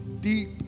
deep